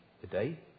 Today